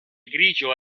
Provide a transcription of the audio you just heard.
grigio